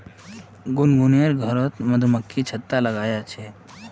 गुनगुनेर घरोत मधुमक्खी छत्ता लगाया छे